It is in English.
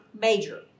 major